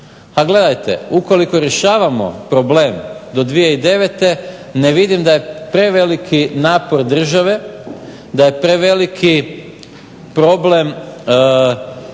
A gledajte, ukoliko rješavamo problem do 2009. ne vidim da je preveliki napor države, da je preveliki problem